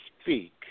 speak